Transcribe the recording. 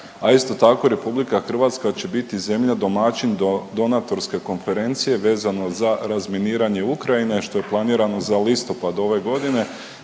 a isto tako RH će biti zemlja domaćin donatorske konferencije vezano za razminiranje Ukrajine, što je planirano za listopad ove godine,